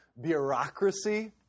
bureaucracy